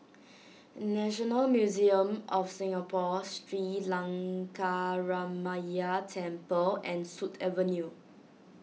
National Museum of Singapore Sri Lankaramaya Temple and Sut Avenue